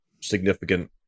significant